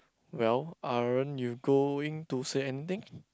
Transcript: well aren't you going to say anything